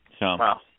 Wow